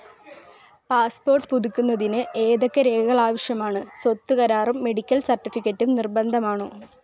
passport പുതുക്കുന്നതിന് ഏതൊക്കെ രേഖകൾ ആവശ്യമാണ് സ്വത്ത് കരാറും മെഡിക്കൽ സർട്ടിഫിക്കറ്റും നിർബന്ധമാണോ